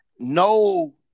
No